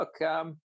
look